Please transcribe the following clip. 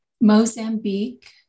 Mozambique